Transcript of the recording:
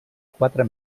quatre